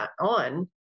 on